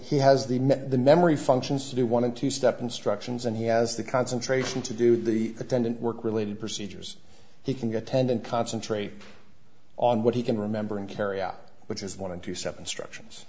he has the net the memory functions to do want to step instructions and he has the concentration to do the attendant work related procedures he can get ten and concentrate on what he can remember and carry out which is one and two step instructions